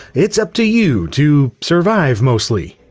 it's up to you to. survive, mostly.